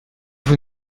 vous